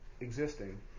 existing